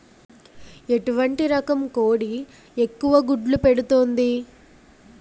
ఎటువంటి రకం కోడి ఎక్కువ గుడ్లు పెడుతోంది?